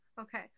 Okay